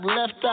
Left